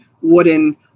wooden